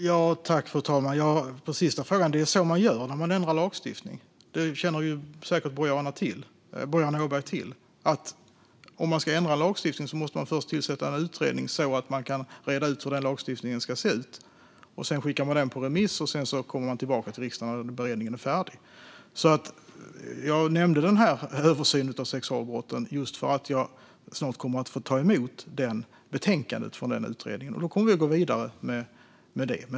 Fru talman! Låt mig besvara den sista frågan. Det är så man gör när man ändrar lagstiftning. Det känner säkert Boriana Åberg till. Om man ska ändra en lag måste man först tillsätta en utredning så att man kan reda ut hur lagstiftningen ska se ut. Sedan skickas utredningen på remiss, och sedan kommer man tillbaka till riksdagen när beredningen är färdig. Jag nämnde översynen av sexualbrott just för att jag snart kommer att få ta emot betänkandet från utredningen, och då går vi vidare med utredningen.